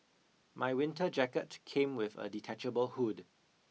my winter jacket came with a detachable hood